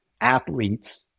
athletes